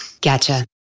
Gotcha